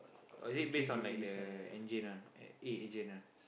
or is it based on the like the agent one eh agent one